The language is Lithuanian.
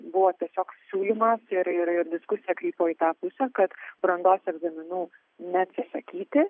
buvo tiesiog siūlymas ir ir ir diskusija krypo į tą pusę kad brandos egzaminų neatsisakyti